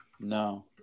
No